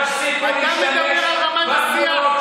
אתה מדבר על רמת השיח?